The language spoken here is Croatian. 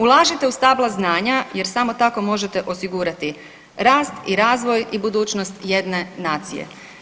Ulažite u stabla znanja jer samo tako možete osigurati rast i razvoj i budućnost jedne nacije.